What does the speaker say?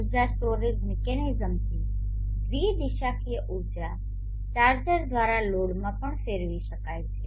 ઉર્જા સ્ટોરેજ મિકેનિઝમથી દ્વિ દિશાકીય ઉર્જા ચાર્જર દ્વારા લોડમાં પણ ફેરવી શકાય છે